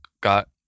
got